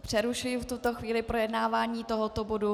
Přerušuji v tuto chvíli projednávání tohoto bodu.